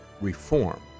reform